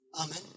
Amen